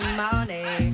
money